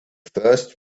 first